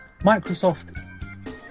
Microsoft